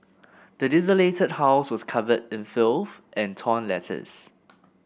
the desolated house was covered in filth and torn letters